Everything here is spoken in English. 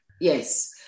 Yes